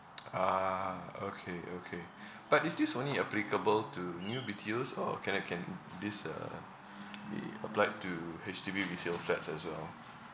ah okay okay but is this only applicable to new B_T_Os or can I can this uh be applied to H_D_B resale flats as well